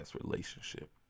relationship